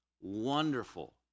Wonderful